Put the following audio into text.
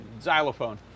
xylophone